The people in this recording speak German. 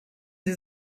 sie